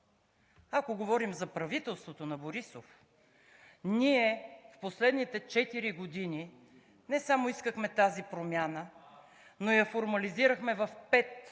Ако говорим за правителството на Борисов, ние в последните четири години не само искахме тази промяна, но я формализирахме в пет